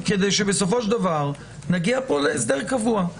כדי שבסופו של דבר נגיע פה להסדר קבוע.